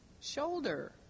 shoulder